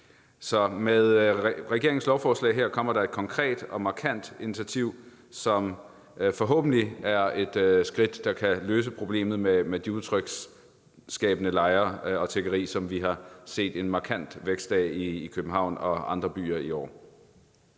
Så med regeringens lovforslag her kommer der et konkret og markant initiativ, som forhåbentlig er et skridt, der kan løse problemet med de utryghedsskabende lejre og tiggeri, som vi har set en markant vækst af i København og andre byer i år.